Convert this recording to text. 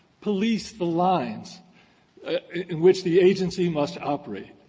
police the lines in which the agency must operate.